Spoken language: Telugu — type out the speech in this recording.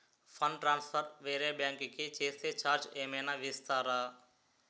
ఫండ్ ట్రాన్సఫర్ వేరే బ్యాంకు కి చేస్తే ఛార్జ్ ఏమైనా వేస్తారా?